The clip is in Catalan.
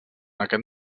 aquest